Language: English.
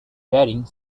daring